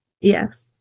Yes